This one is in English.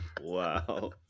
Wow